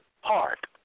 heart